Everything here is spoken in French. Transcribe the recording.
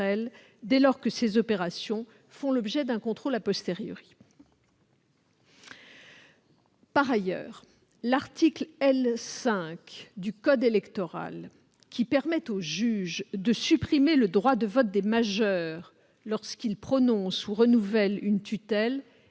dès lors que ces opérations font l'objet d'un contrôle. Par ailleurs, l'article L. 5 du code électoral, qui permet au juge de supprimer le droit de vote des majeurs lorsqu'il prononce ou renouvelle une tutelle,